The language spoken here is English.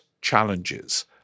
challenges